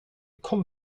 kom